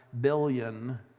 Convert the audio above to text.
billion